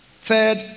third